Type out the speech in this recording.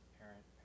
parent